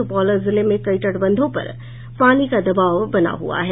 सुपौल जिले में कई तटबंधों पर पानी का दबाव बना हुआ है